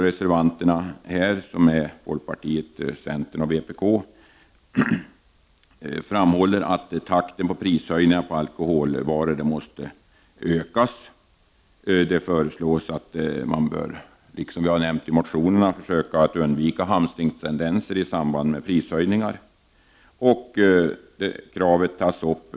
Reservanterna - i detta fall folkpartiet, centern och vpk - framhåller att takten på prishöjningar på alkoholvaror måste ökas. Det sägs att man bör försöka undvika hamstringstendenser i samband med prishöjningar - liksom vi har nämnt i våra motioner.